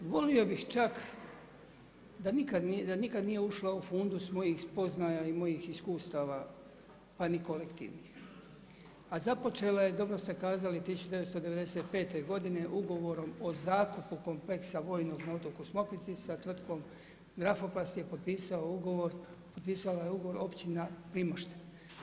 Volio bih čak da nikada nije ušla u fundus mojih spoznaja i mojih iskustava pa ni kolektivnih, a započela je dobro ste kazali 1995. godine ugovorom o zakupu kompleksa vojnog na otoku Smokvici sa Tvrtkom Grafoplast je potpisao ugovor potpisala je ugovor Općina Primošten.